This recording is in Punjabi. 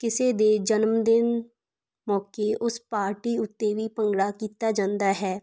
ਕਿਸੇ ਦੇ ਜਨਮਦਿਨ ਮੌਕੇ ਉਸ ਪਾਰਟੀ ਉੱਤੇ ਵੀ ਭੰਗੜਾ ਕੀਤਾ ਜਾਂਦਾ ਹੈ